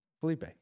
Felipe